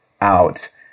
out